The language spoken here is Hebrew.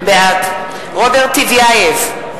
בעד רוברט טיבייב,